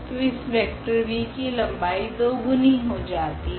तो इस vector v की लंबाई दोगुनी हो जाती है